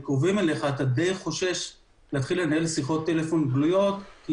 במקרה כזה יש חשש להתחיל לנהל שיחות טלפון גלויות.